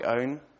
own